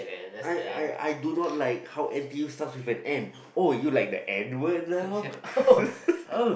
I I I do not like how n_t_u start with an N oh you like the N word now